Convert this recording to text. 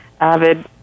Avid